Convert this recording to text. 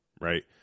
Right